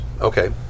Okay